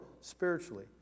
spiritually